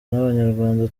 nk’abanyarwanda